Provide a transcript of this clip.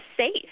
safe